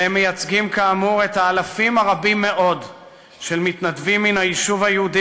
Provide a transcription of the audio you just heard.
והם מייצגים כאמור את האלפים הרבים מאוד של מתנדבים מן היישוב היהודי